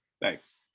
Thanks